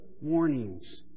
warnings